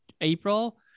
April